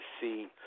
see